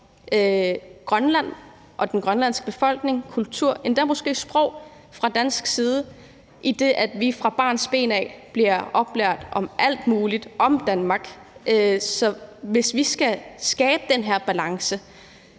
Grønland og den grønlandske befolkning, kultur og måske endda det grønlandske sprog fra dansk side, idet vi fra barnsben bliver oplært i alt muligt om Danmark. Så hvis vi skal skabe den her balance,